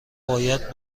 باید